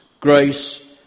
grace